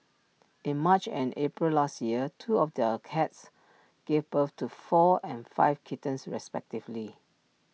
in March and April last year two of their cats gave birth to four and five kittens respectively